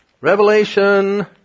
Revelation